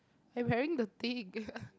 I wearing the thing